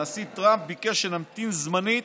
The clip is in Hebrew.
הנשיא טראמפ ביקש שנמתין זמנית